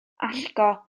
allgo